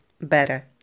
better